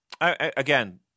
again